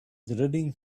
drilling